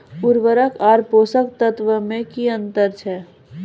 उर्वरक आर पोसक तत्व मे की अन्तर छै?